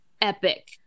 epic